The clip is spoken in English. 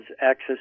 access